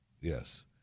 Yes